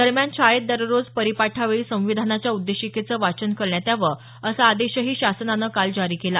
दरम्यान शाळेत दररोज परिपाठावेळी संविधानाच्या उद्देशिकेचं वाचन करण्यात यावं असा आदेशही शासनानं काल जारी केला